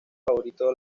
favorito